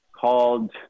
called